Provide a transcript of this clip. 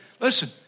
Listen